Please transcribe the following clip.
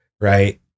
right